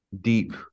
deep